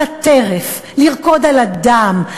לרקוד על הדם,